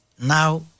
Now